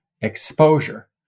Exposure